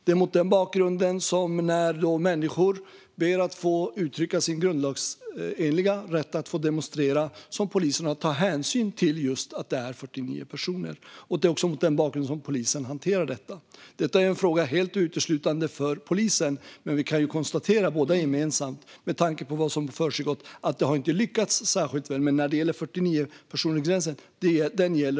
Det är mot den bakgrunden som polisen, när människor ber att få uttrycka sin grundlagsenliga rätt att demonstrera, tar hänsyn till att det ska vara just 49 personer. Det är också mot den bakgrunden polisen hanterar detta. Det är en fråga helt uteslutande för polisen. Men vi kan båda konstatera att det, med tanke på vad som har försiggått, inte har lyckats särskilt väl. Men 49-personersgränsen gäller.